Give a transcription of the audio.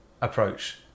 approach